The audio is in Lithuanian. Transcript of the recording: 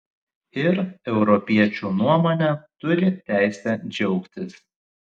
ir europiečių nuomone turi teisę džiaugtis